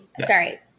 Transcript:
Sorry